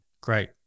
Great